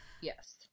yes